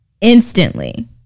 instantly